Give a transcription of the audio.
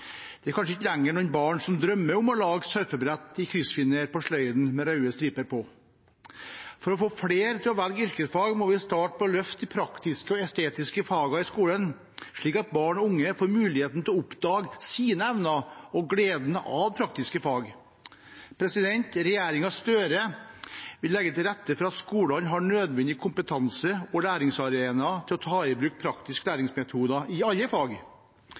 Det er kanskje ikke lenger noen barn som drømmer om å lage surfebrett i kryssfiner på sløyden «med raude striper på». For å få flere til å velge yrkesfag må vi starte med å løfte de praktiske og estetiske fagene i skolen, slik at barn og unge får muligheten til å oppdage sine evner og gleden av praktiske fag. Regjeringen Støre vil legge til rette for at skolene har nødvendig kompetanse og læringsarenaer til å ta i bruk praktiske læringsmetoder i alle fag.